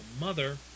mother